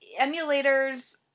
emulators